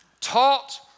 taught